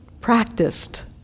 practiced